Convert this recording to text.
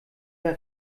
der